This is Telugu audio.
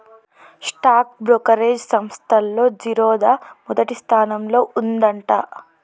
స్టాక్ బ్రోకరేజీ సంస్తల్లో జిరోదా మొదటి స్థానంలో ఉందంట